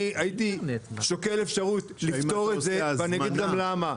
הייתי שוקל אפשרות לפטור את זה, ואני אגיד גם למה.